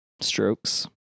Strokes